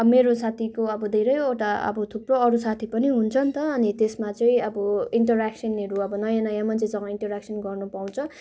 अब मेरो साथीको अब धेरैवटा अब थुप्रो अरू साथी पनि हुन्छ नि त अनि त्यसमा चाहिँ अब इन्टऱ्याक्सनहरू अब नयाँ नयाँ मान्छेसँग इन्टऱ्याक्सन् गर्न पाउँछ